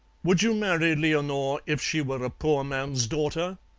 would you marry leonore if she were a poor man's daughter?